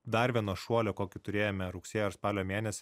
dar vieno šuolio kokį turėjome rugsėjo ar spalio mėnesį